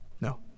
No